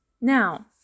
Now